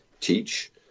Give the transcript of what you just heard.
teach